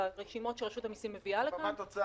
על הרשימות שרשות המיסים מביאה לכאן --- אבל מה התוצאה?